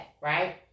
right